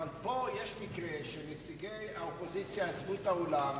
אבל פה יש מקרה שנציגי האופוזיציה עזבו את האולם,